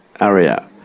area